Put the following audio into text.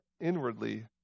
inwardly